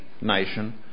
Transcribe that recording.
nation